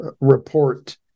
report